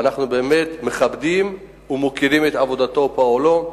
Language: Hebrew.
ואנחנו באמת מכבדים ומוקירים את עבודתו ופועלו,